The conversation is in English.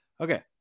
Okay